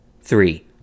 Three